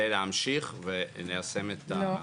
לפשרות ולהבנות כדי להמשיך וליישם את הסיכום.